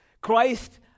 Christ